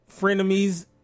frenemies